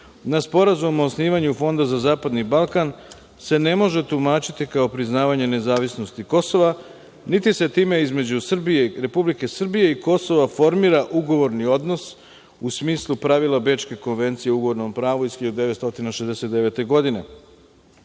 na sporazum o osnivanju Fonda za zapadni Balkan se ne može tumačiti kao priznavanje nezavisnosti Kosova niti se time između Republike Srbije i Kosova formira ugovorni odnos u smislu pravila Bečke konvencije o ugovornom pravu iz 1969. godine